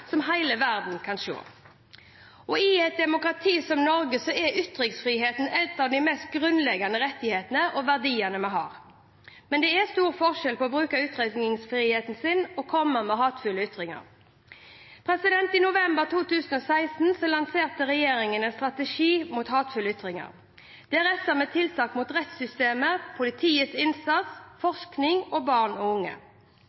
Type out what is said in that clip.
som hele verden kan se. I demokratier som Norge er ytringsfriheten en av de mest grunnleggende rettighetene og verdiene vi har. Men det er stor forskjell på å bruke ytringsfriheten sin og å komme med hatefulle ytringer. I november 2016 lanserte regjeringen en strategi mot hatefulle ytringer. Der retter vi tiltak mot rettssystemet, politiets innsats,